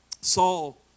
Saul